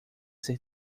ser